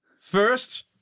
First